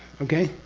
okay?